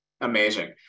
Amazing